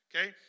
Okay